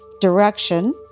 direction